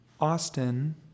Austin